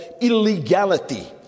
illegality